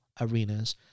arenas